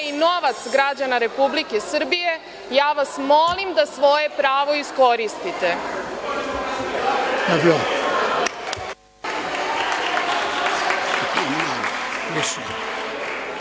i novac građana Republike Srbije, molim vas da svoje pravo iskoristite.